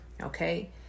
okay